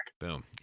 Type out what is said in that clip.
Boom